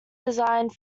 designed